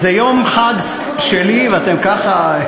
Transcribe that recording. זה יום חג שלי, ואתם ככה?